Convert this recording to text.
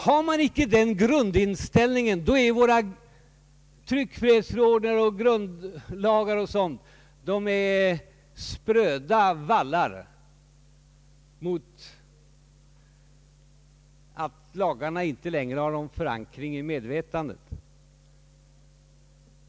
Har man icke den grundinställningen är vår tryckfrihetsförordning och våra grundlagar spröda vallar mot att lagarna inte längre har någon förankring i medvetandet.